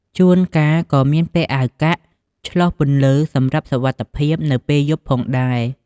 ជួនកាលក៏មានពាក់អាវកាក់ឆ្លុះពន្លឺសម្រាប់សុវត្ថិភាពនៅពេលយប់ផងដែរ។